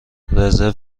رزرو